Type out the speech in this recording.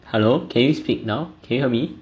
hello can you speak now can you hear me